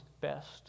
best